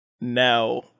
now